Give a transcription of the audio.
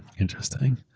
interesting,